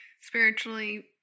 spiritually